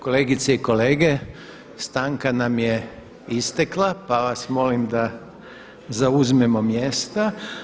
Kolegice i kolege, stanka nam je istekla pa vas molim da zauzmemo mjesta.